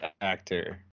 actor